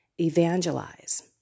evangelize